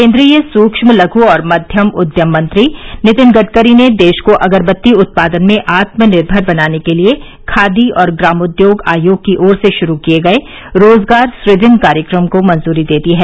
केन्द्रीय सूक्ष्म लघु और मध्यम उद्यम मंत्री नितिन गडकरी ने देश को अगरबत्ती उत्पादन में आत्मनिर्मर बनाने के लिए खादी और ग्रामोद्योग आयोग की ओर से शुरू किए गए रोजगार सुजन कार्यक्रम को मंजूरी दे दी है